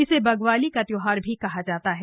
इसे बग्वाली का त्योहार भी कहा जाता है